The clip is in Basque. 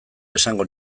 esango